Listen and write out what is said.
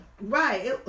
Right